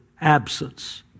absence